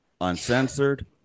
uncensored